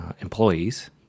employees